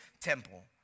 temple